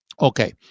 Okay